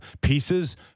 pieces